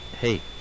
hey